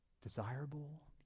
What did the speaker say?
desirable